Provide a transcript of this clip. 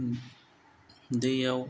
दैयाव